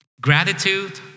Gratitude